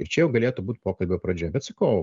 ir čia jau galėtų būt pokalbio pradžia bet sakau